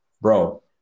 Bro